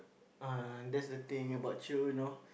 uh that's the thing about you you know